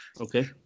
Okay